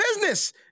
business